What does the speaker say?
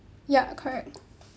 ya correct